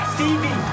Stevie